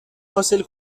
حاصل